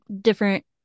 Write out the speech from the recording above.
different